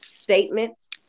statements